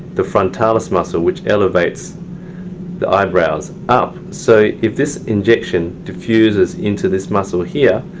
the frontalis muscle, which elevates the eyebrows up. so if this injection diffuses into this muscle here,